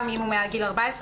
אם הוא מעל גיל 14,